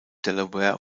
delaware